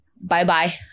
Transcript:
bye-bye